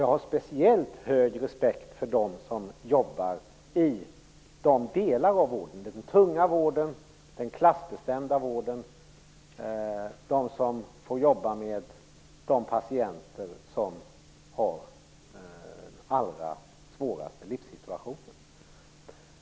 Jag har speciellt hög respekt för dem som arbetar i den tunga vården och den klassbestämda vården, dvs. de som får jobba med patienter som har den allra svåraste livssituaitonen.